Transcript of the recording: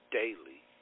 daily